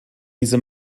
diese